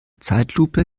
zeitlupe